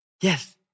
Yes